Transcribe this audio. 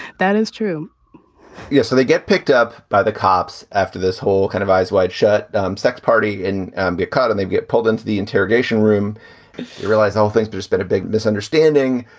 that is true yes. so they get picked up by the cops after this whole kind of eyes wide shut um sex party in and court and they get pulled into the interrogation room. you realize don't think there's been a big misunderstanding.